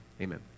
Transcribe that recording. Amen